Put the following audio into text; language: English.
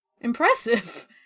Impressive